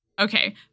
Okay